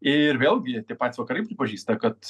ir vėlgi tie patys vakarai pripažįsta kad